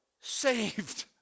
saved